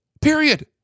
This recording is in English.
Period